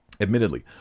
Admittedly